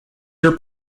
your